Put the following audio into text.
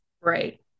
Right